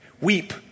Weep